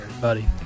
buddy